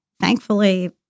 thankfully